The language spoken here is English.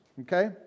okay